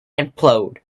implode